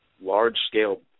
large-scale